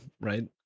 Right